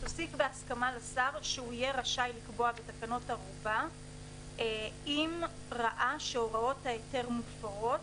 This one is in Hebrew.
"השר יהיה רשאי לקבוע בתקנות ערובה אם ראה שהוראות ההיתר מופרות,